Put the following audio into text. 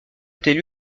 était